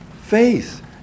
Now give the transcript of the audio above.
faith